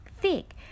thick